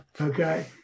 okay